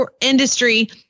industry